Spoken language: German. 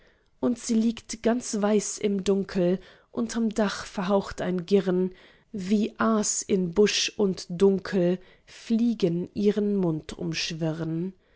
und sie liegt ganz weiß im dunkel unterm dach verhaucht ein girren wie ein aas in busch und dunkel fliegen ihren mund umschwirren